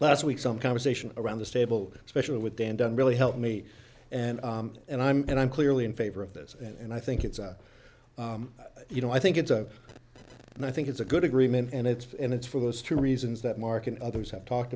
last week some conversation around the stable especially with dan dan really helped me and and i'm and i'm clearly in favor of this and i think it's you know i think it's a and i think it's a good agreement and it's and it's for those two reasons that mark and others have talked